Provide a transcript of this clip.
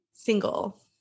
single